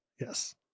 Yes